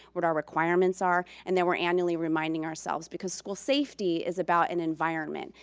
what our requirements are and then we're annually reminding ourselves because school safety is about an environment.